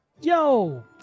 Yo